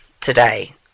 today